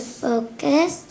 focus